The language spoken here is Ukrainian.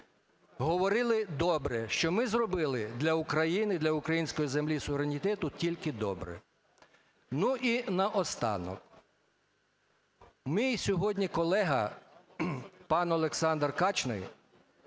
говорили добре, що ми зробили для України, для української землі, суверенітету тільки добре. Ну, і наостанок. Мій сьогодні колега пан Олександр Качний